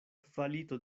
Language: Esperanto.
kvalito